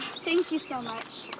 thank you so much.